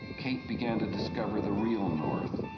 kate began to discover the real north,